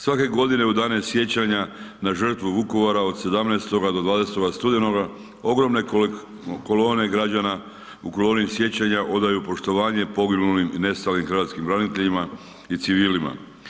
Svake godine u dane sjećanja na žrtvu Vukovara od 17.-20. studenoga ogromne kolone građana u koloni sjećanja odaju poštovanje poginulim i nestalim hrvatskim braniteljima i civilima.